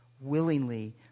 willingly